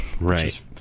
right